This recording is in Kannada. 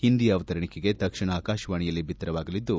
ಒಂದಿ ಅವತರಣಿಕೆ ತಕ್ಷಣ ಆಕಾಶವಾಣಿಯಲ್ಲಿ ಭಿತ್ತರವಾಗಲಿದ್ದು